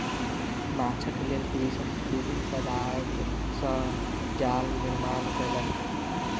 माँछक लेल कृषक विभिन्न पदार्थ सॅ जाल निर्माण कयलक